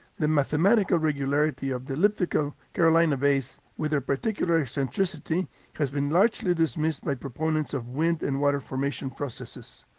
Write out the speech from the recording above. the mathematical regularity of the elliptical carolina bays with their particular eccentricity has been largely dismissed by proponents of wind and water formation processes,